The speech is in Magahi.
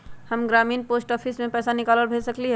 हम ग्रामीण पोस्ट ऑफिस से भी पैसा निकाल और भेज सकेली?